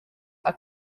are